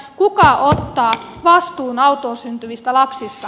kuka ottaa vastuun autoon syntyvistä lapsista